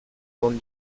con